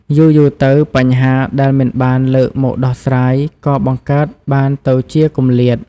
យូរៗទៅ បញ្ហាដែលមិនបានលើកមកដោះស្រាយក៏បង្កើតបានទៅជាគម្លាត។